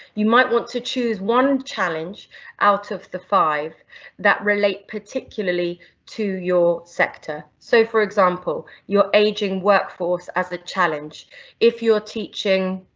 you might want to choose one challenge out of the five that relate particularly to your sector, so for example, your aging workforce as a challenge if you're teaching